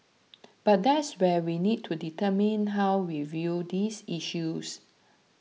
but that's where we need to determine how we view these issues